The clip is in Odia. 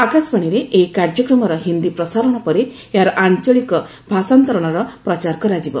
ଆକାଶବାଣୀରେ ଏହି କାର୍ଯ୍ୟକ୍ରମର ହିନ୍ଦୀ ପ୍ରସାରଣ ପରେ ଏହାର ଆଞ୍ଚଳିକ ଭାଷାନ୍ତରଣର ପ୍ରଚାର କରିବ